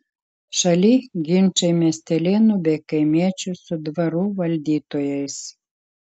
šaly ginčai miestelėnų bei kaimiečių su dvarų valdytojais